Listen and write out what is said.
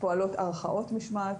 פועלות ערכאות משמעת,